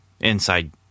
inside